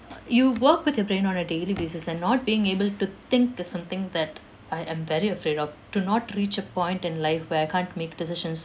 you work with your brain on a daily basis and not being able to think that's something that I am very afraid of to not reach a point in life where I can't make decisions